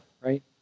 right